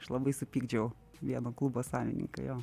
aš labai supykdžiau vieno klubo savininką jo